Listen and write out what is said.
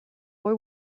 boy